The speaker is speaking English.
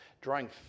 Drawing